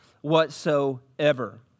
whatsoever